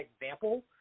example